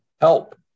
help